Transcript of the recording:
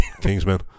Kingsman